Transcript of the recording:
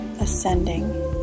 ascending